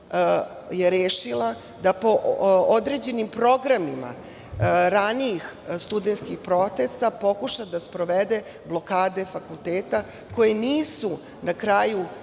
rešila da po određenim programima ranijih studenskih protesta pokuša da sprovede blokade fakulteta koji nisu na kraju